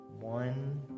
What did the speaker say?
one